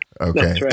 Okay